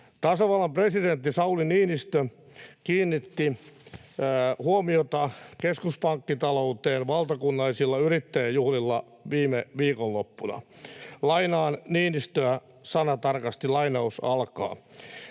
Tasavallan presidentti Sauli Niinistö kiinnitti huomiota keskuspankkitalouteen valtakunnallisilla yrittäjäjuhlilla viime viikonloppuna. Lainaan Niinistöä sanatarkasti: